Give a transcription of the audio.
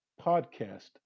Podcast